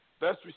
best